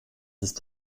ist